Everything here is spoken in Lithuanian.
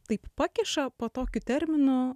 taip pakiša po tokiu terminu